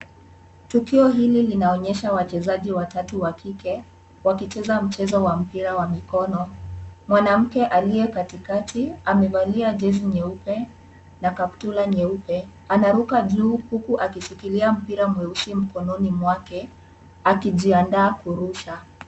Tukio hili linaonyesha wachezaji watatu wa kike wakicheza mchezo wa mpira wa mkono. Mwanamke aliye katikati amevalia jezi nyeupe na kaptura nyeupe anaruka juu huku akishikilia mpira mweusi mkononi mwake akijiandaa kurusha.